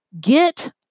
get